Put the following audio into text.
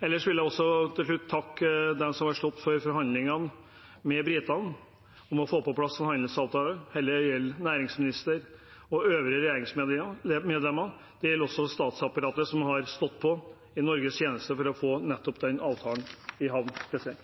Til slutt vil jeg takke dem som har stått for forhandlingene med britene om å få på plass en handelsavtale. Dette gjelder næringsministeren og øvrige regjeringsmedlemmer. Det gjelder også statsapparatet, som har stått på i Norges tjeneste for å få nettopp den avtalen